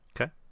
Okay